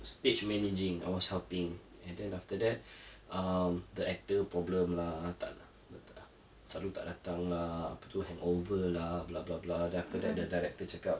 stage managing I was helping and then after that um the actor problem lah tak tak selalu tak datang lah apa tu hangover lah blah blah blah then after that the director cakap